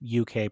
UK